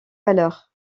valeurs